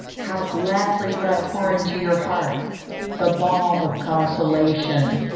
how gladly would i pour into your heart the balm of consolation,